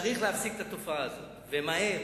צריך להפסיק את התופעה הזו ומהר,